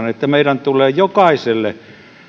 on että meidän tulee jokaiselle